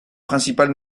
principales